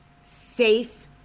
safe